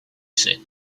said